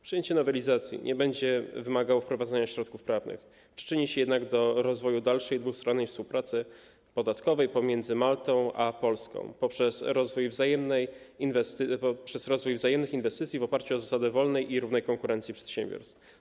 Przyjęcie nowelizacji nie będzie wymagało wprowadzenia środków prawnych, przyczyni się jednak do rozwoju dalszej i dwustronnej współpracy podatkowej pomiędzy Maltą a Polską poprzez rozwój wzajemnych inwestycji w oparciu o zasady wolnej i równej konkurencji przedsiębiorstw.